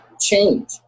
change